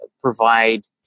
provide